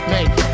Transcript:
Make